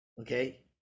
okay